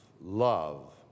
love